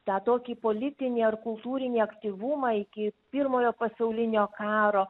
tą tokį politinį ar kultūrinį aktyvumą iki pirmojo pasaulinio karo